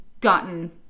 gotten